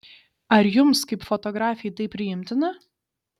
ar jums kaip fotografei tai priimtina